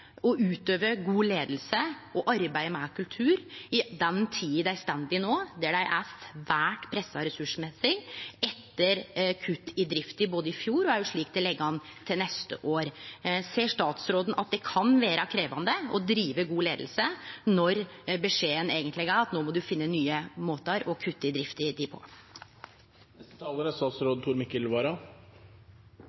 med kultur. Dei er no svært pressa ressursmessig etter kutt i drifta både i fjor og slik det ligg an til neste år. Ser statsråden at det kan vere krevjande å drive god leiing når beskjeden eigentleg er at no må ein finne nye måtar å kutte i drifta på? Jeg opplever at vi i utgangspunktet er